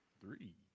three